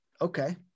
okay